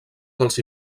dels